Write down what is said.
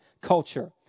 culture